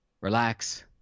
Relax